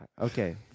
okay